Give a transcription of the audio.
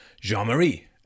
Jean-Marie